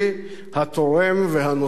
התורם והנושא בנטל.